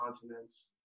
continents